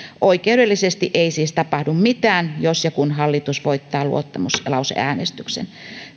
oikeudellisesti ei siis tapahdu mitään jos ja kun hallitus voittaa luottamuslauseäänestyksen